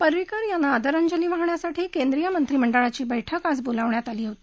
परिंकर यांना आदरांजली वाहण्यासाठी केंद्रीय मंत्रिमंडळाची बैठक आज बोलावण्यात आली होती